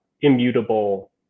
immutable